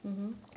mmhmm